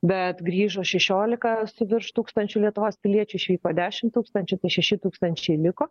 bet grįžo šešiolika su virš tūkstančių lietuvos piliečių išvyko dešim tūkstančių tai šeši tūkstančiai liko